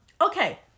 okay